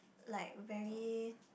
like very